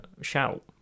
shout